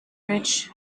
rich